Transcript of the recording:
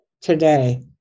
today